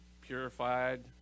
purified